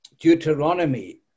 Deuteronomy